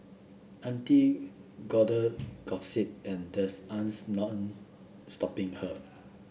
auntie gotta gossip and there's stopping her